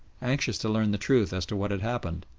anxious to learn the truth as to what had happened.